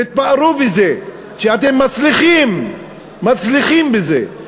תתפארו בזה שאתם מצליחים, מצליחים בזה.